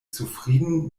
zufrieden